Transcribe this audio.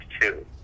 two